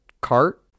cart